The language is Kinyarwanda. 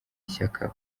ishyaka